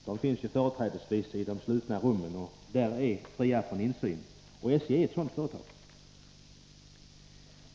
De finns ju företrädesvis i de slutna rummen där de är fria från insyn, och SJ är ett sådant företag.